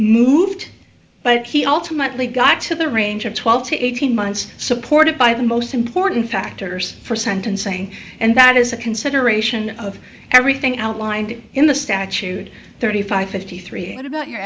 moved but he also might lead got to the range of twelve to eighteen months supported by the most important factors for sentencing and that is a consideration of everything outlined in the statute thirty five fifty three and about your